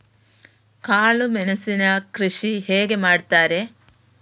ಕಾಳು ಮೆಣಸಿನ ಕೃಷಿ ಹೇಗೆ ಮಾಡುತ್ತಾರೆ?